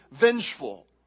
vengeful